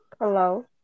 Hello